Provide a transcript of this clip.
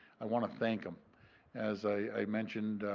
i want to thank um as i mentioned,